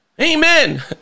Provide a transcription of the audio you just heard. Amen